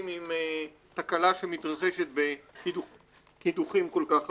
עם תקלה שמתרחשת בקידוחים כל כך עמוקים.